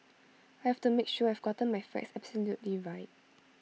I have to make sure I have gotten my facts absolutely right